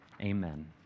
Amen